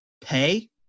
Pay